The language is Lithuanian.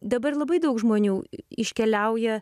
dabar labai daug žmonių iškeliauja